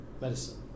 medicine